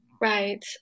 Right